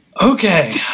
Okay